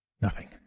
Nothing